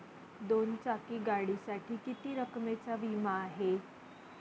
दोन चाकी गाडीसाठी किती रकमेचा विमा आहे?